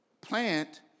plant